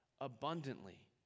Abundantly